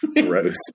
gross